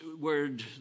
word